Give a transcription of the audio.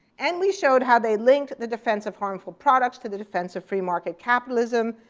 and we showed how they linked the defense of harmful products to the defense of free market capitalism,